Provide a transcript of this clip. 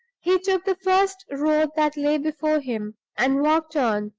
he took the first road that lay before him, and walked on,